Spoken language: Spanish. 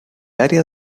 área